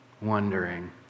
Wondering